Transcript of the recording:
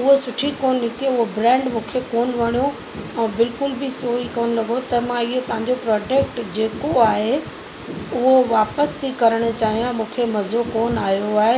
उहा सुठी कोन निकिती उहा ब्रैंड मूंखे कोन वणियो ऐं बिल्कुलु बि सही कोन लॻो त मां इहो तव्हांजो प्रॉडक्ट जेको आहे उहो वापसि थी करणु चाहियां मूंखे मज़ो कोन आयो आहे